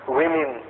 women